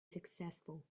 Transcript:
successful